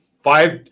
five